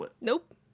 Nope